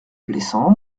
blessant